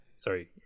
Sorry